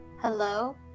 Hello